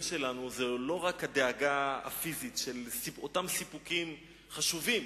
שלנו הוא לא רק הדאגה הפיזית לאותם סיפוקים חשובים